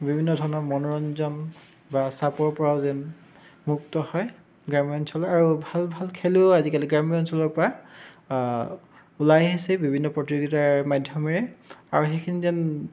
বিভিন্ন ধৰণৰ মনোৰঞ্জন বা চাপৰ পৰাও যেন মুক্ত হয় গ্ৰাম্য অঞ্চলৰ আৰু ভাল ভাল খেলুৱৈও আজিকালি গ্ৰাম্য অঞ্চলৰ পৰা ওলাই আহিছে বিভিন্ন প্ৰতিযোগিতাৰ মাধ্যমেৰে আৰু সেইখিনি যেন